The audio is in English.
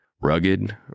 Rugged